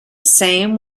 same